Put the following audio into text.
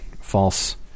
false